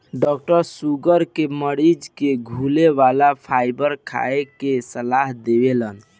doctor sugar के मरीज के धुले वाला फाइबर खाए के सलाह देवेलन